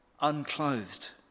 unclothed